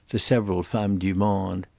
the several femmes du monde.